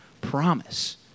promise